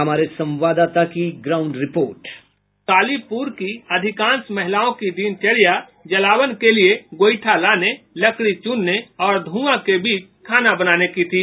हमारे संवाददाता की ग्राउंड रिपोर्ट संवाददाता डिस्पैच कालीपुर की अधिकांश महिलाओं की दिनचर्या जलावन के लिए गोईठा लाने लकड़ी चुनने और धुंआ के बीच खाने बनाने की थी